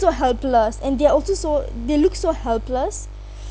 so helpless and they're also so they look so helpless